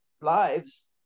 lives